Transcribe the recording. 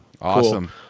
Awesome